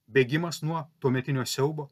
bėgimas nuo tuometinio siaubo